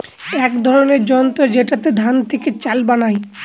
এক ধরনের যন্ত্র যেটাতে ধান থেকে চাল বানায়